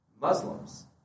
Muslims